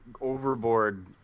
Overboard